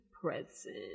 present